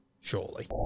Surely